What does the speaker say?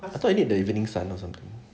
I thought you need the evening sun or something